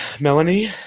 Melanie